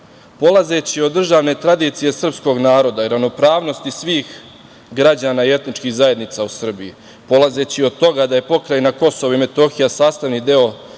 kaže. Polazeći od državne tradicije srpskog naroda i ravnopravnosti svih građana i etničkih zajednica u Srbiji, polazeći od toga da je pokrajina Kosovo i Metohija sastavni deo